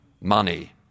Money